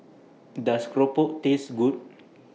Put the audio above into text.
Does Keropok Taste Good